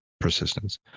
Persistence